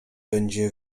będzie